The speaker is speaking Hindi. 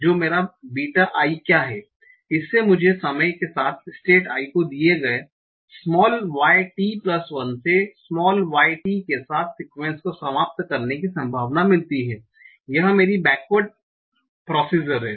तो मेरा बीटा i क्या है इससे मुझे समय के साथ स्टेट i को दिए गए y t1 से y t के साथ सिकुएंस को समाप्त करने की संभावना मिलती है यह मेरी बेकवर्ड प्रोसीजर है